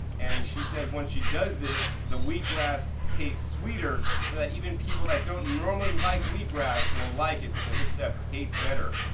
and she says when she does this, the wheatgrass tastes sweeter, so that even people that don't normally like wheatgrass will like it, because this stuff tastes better.